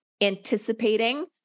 anticipating